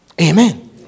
Amen